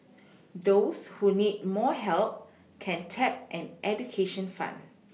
those who need more help can tap an education fund